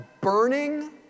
burning